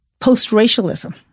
post-racialism